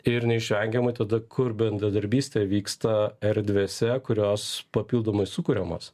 ir neišvengiamai tada kur bendradarbystė vyksta erdvėse kurios papildomai sukuriamos